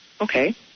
Okay